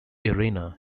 arena